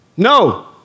No